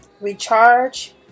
recharge